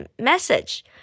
message